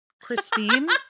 christine